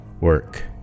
work